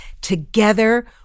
Together